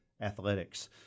athletics